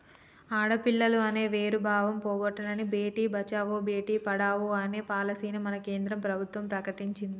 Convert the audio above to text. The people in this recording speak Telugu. ఆడపిల్లలు అనే వేరు భావం పోగొట్టనని భేటీ బచావో బేటి పడావో అనే పాలసీని మన కేంద్ర ప్రభుత్వం ప్రకటించింది